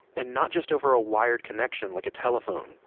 and not just over a wired connection like a telephone,